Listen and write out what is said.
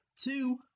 Two